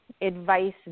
advice